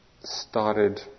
started